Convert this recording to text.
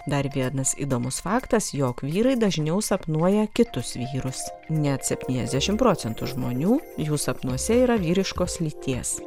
dar vienas įdomus faktas jog vyrai dažniau sapnuoja kitus vyrus net septyniasdešim procentų žmonių jų sapnuose yra vyriškos lyties